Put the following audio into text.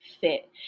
fit